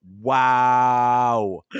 Wow